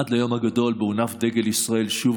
עד ליום הגדול שבו הונף דגל ישראל שוב